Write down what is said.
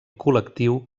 col·lectiu